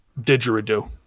didgeridoo